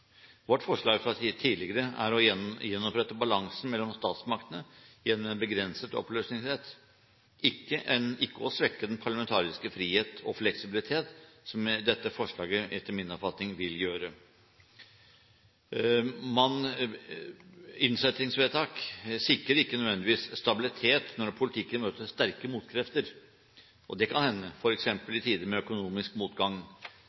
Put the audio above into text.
Vårt forslag fra tidligere er å gjenopprette balansen mellom statsmaktene i en begrenset oppløsningsrett, ikke å svekke den parlamentariske frihet og fleksibilitet, som dette forslaget etter min oppfatning vil gjøre. Et innsettingsvedtak sikrer ikke nødvendigvis stabilitet når politikken møter sterke motkrefter, og det kan hende f.eks. i tider med økonomisk motgang.